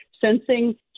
sensing